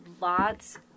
lots